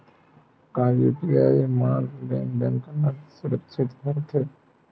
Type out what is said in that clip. का यू.पी.आई म लेन देन करना सुरक्षित होथे?